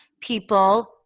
people